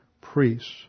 priests